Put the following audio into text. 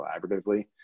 collaboratively